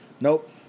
Nope